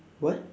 what